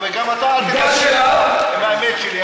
וגם אתה אל תנסה את האמת שלי.